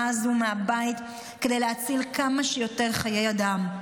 הזו מהבית כדי להציל כמה שיותר חיי אדם.